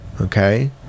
Okay